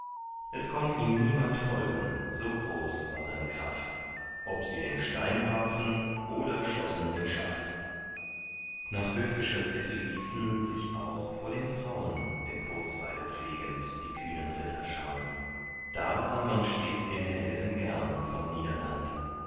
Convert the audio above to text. es konnt ihm niemand folgen so groß war seine kraft ob sie den stein warfen oder schossen den schaft nach höfscher sitte ließen sich auch vor den fraun der kurzweile pflegend die kühnen ritter schaun da sah man stets den helden gern vom niederland